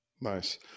Nice